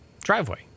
driveway